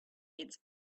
its